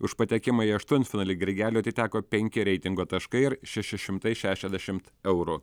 už patekimą į aštuntfinalį grigeliui atiteko penki reitingo taškai ir šeši šimtai šešiasdešimt eurų